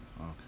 Okay